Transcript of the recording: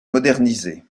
moderniser